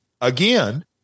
again